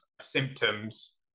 symptoms